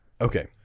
Okay